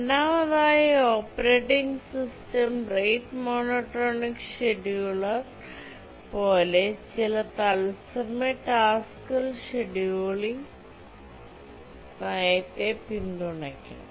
രണ്ടാമതായി operating system rate monotonic scheduler പോലെ ചില തത്സമയ ടാസ്ക്കുകൾ ഷെഡ്യൂളിംഗ് നയത്തെ പിന്തുണയ്ക്കണം